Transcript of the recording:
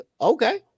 Okay